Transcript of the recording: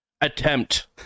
attempt